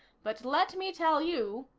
but let me tell you